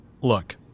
Look